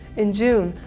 in june,